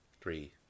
three